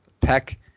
Peck